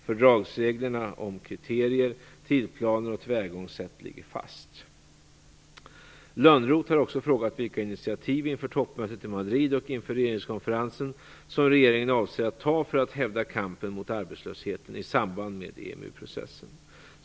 Fördragsreglerna om kriterier, tidplaner och tillvägagångssätt ligger fast. Lönnroth har också frågat vilka initiativ inför toppmötet i Madrid och inför regeringskonferensen som regeringen avser att ta för att hävda kampen mot arbetslösheten i samband med EMU-processen.